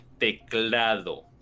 teclado